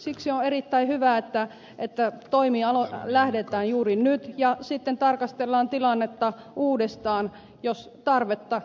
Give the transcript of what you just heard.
siksi on erittäin hyvä että toimiin lähdetään juuri nyt ja sitten tarkastellaan tilannetta uudestaan jos tarvetta ilmenee